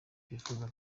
twifuza